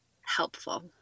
helpful